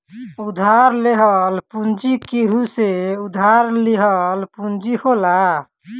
उधार लेहल पूंजी केहू से उधार लिहल पूंजी होला